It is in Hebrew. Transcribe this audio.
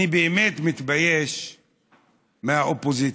אני באמת מתבייש מהאופוזיציה,